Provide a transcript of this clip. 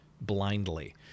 blindly